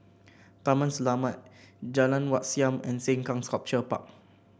Taman Selamat Jalan Wat Siam and Sengkang Sculpture Park